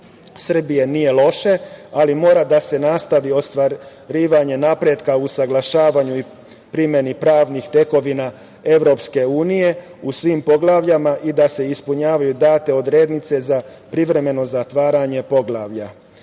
Srbije nije loše, ali mora da se nastavi ostvarivanje napretka usaglašavanju i primeni pravnih tekovina EU, u svim poglavljima i da se ispunjavaju date odrednice za privremeno zatvaranja poglavlja. Šest